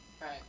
right